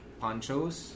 ponchos